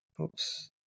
Oops